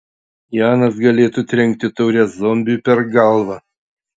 janas galėtų trenkti taure zombiui per galvą